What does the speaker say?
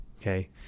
okay